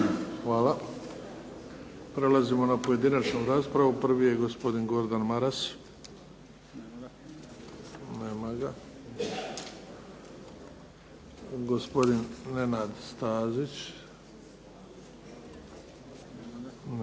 Hvala. Prelazimo na pojedinačnu raspravu, prvi je gospodin Gordan Maras. Nema ga. Gospodin Nenad Stazić. Nema ga.